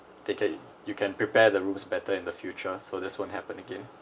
they can you can prepare the rooms better in the future so this won't happen again